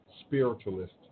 spiritualist